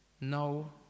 no